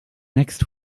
next